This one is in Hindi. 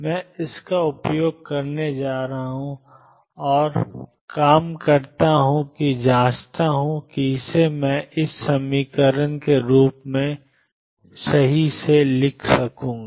मैं इसका उपयोग करने जा रहा हूं और करता हूं और जांचता हूं कि मैं इसे ⟨xppx⟩2⟨xp px⟩2 ⟨x⟩⟨p⟩ के रूप में सही करूंगा